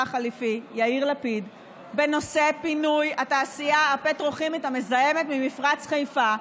החליפי יאיר לפיד בנושא פינוי התעשייה הפטרוכימית המזהמת ממפרץ חיפה,